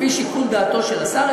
לפי שיקול דעתו של השר,